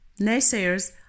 naysayers